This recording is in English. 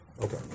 Okay